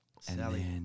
Sally